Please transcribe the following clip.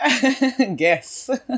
Guess